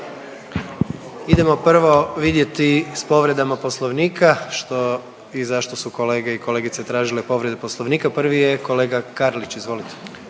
Idemo prvo vidjeti sa povredama Poslovnika što i zašto su kolege i kolegice tražile povredu Poslovnika. Prvi je kolega Karlić, izvolite.